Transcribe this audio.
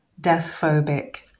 Death-phobic